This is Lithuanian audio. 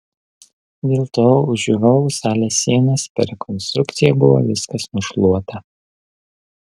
dėl to už žiūrovų salės sienos per rekonstrukciją buvo viskas nušluota